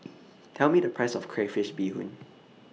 Tell Me The Price of Crayfish Beehoon